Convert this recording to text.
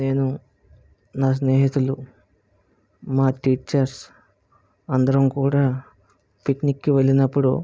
నేను నా స్నేహితులు మా టీచర్స్ అందరం కూడా పిక్నిక్కి వెళ్ళినప్పుడు